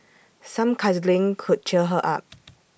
some cuddling could cheer her up